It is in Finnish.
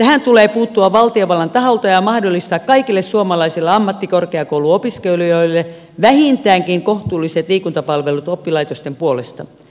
tähän tulee puuttua valtiovallan taholta ja mahdollistaa kaikille suomalaisille ammattikorkeakouluopiskelijoille vähintäänkin kohtuulliset liikuntapalvelut oppilaitosten puolesta